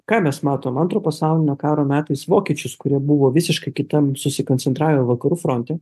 ką mes matom antro pasaulinio karo metais vokiečius kurie buvo visiškai kitam susikoncentravę vakarų fronte